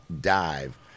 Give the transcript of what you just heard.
dive